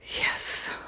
Yes